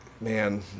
man